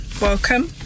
Welcome